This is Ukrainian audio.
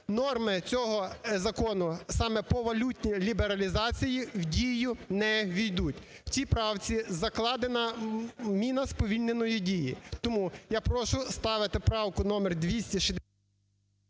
норми цього закону саме по валютній лібералізації в дію не ввійдуть. В цій правці закладена міна сповільненої дії, тому я прошу ставити правку номер…